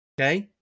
Okay